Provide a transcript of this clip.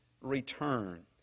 return